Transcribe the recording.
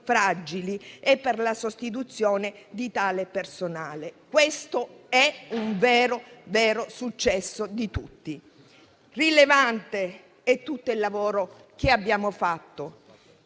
fragili e per la sostituzione di tale personale. Questo è un vero successo di tutti. Rilevante è tutto il lavoro che abbiamo fatto.